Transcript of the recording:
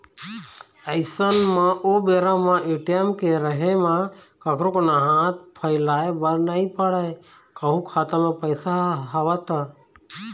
अइसन म ओ बेरा म ए.टी.एम के रहें म कखरो करा हाथ फइलाय बर नइ पड़य कहूँ खाता म पइसा हवय त